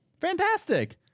fantastic